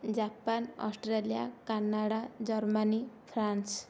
Japan Australia Canada Germany France